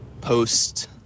post